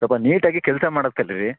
ಸ್ವಲ್ಪ ನೀಟಾಗಿ ಕೆಲಸ ಮಾಡೋದು ಕಲಿರಿ